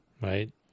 Right